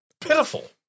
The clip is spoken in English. pitiful